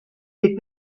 est